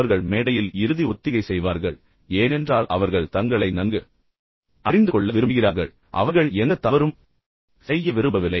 அவர்கள் மேடையில் இறுதி ஒத்திகை செய்வார்கள் ஏனென்றால் அவர்கள் தங்களை நன்கு அறிந்துகொள்ள விரும்புகிறார்கள் அவர்கள் எந்த தவறும் செய்ய விரும்பவில்லை